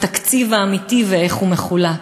מהתקציב האמיתי ואיך הוא מחולק.